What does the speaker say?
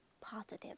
positive